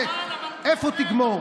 ואיפה תגמור?